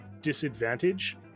disadvantage